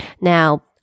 Now